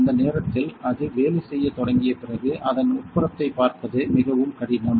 அந்த நேரத்தில் அது வேலை செய்யத் தொடங்கிய பிறகு அதன் உட்புறத்தைப் பார்ப்பது மிகவும் கடினம்